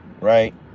right